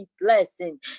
blessing